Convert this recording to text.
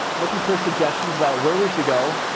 looking for suggestions about where we should go,